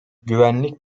güvenlik